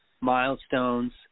milestones